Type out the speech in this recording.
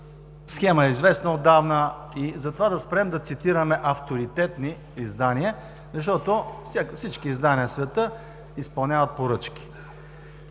схема е известна отдавна, затова да спрем да цитираме авторитетни издания, защото всички издания в света изпълняват поръчки.